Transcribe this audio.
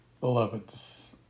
Beloveds